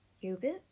Yogurt